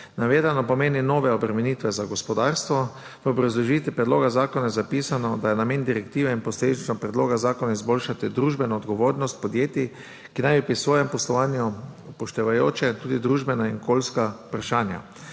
Navedeno pomeni nove obremenitve za gospodarstvo. V obrazložitvi predloga zakona je zapisano, da je namen direktive in posledično predloga zakona izboljšati družbeno odgovornost podjetij, ki naj bi pri svojem poslovanju upoštevala tudi družbena in okoljska vprašanja.